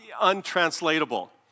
untranslatable